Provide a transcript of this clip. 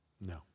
No